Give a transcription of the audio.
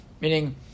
meaning